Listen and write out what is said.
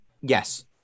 yes